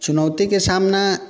चुनौतीके सामना